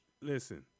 Listen